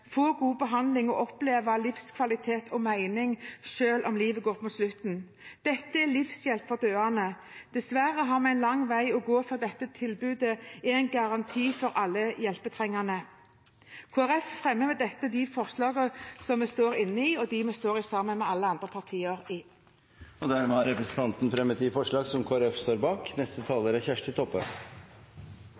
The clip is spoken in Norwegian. få god behandling og oppleve livskvalitet og mening, selv om livet går mot slutten. Dette er livshjelp for døende. Dessverre har vi en lang vei å gå før dette tilbudet er en garanti for alle hjelpetrengende. Jeg fremmer med dette Kristelig Folkepartis forslag i saken samt de forslagene vi har sammen med andre partier. Representanten Olaug V. Bollestad har dermed tatt opp de forslagene hun refererte til. All ære til Kristeleg Folkeparti, som